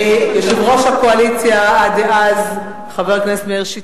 יושב-ראש הקואליציה דאז, חבר הכנסת מאיר שטרית,